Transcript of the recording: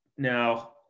Now